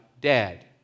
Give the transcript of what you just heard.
Dead